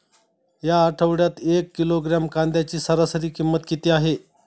या आठवड्यात एक किलोग्रॅम कांद्याची सरासरी किंमत किती आहे?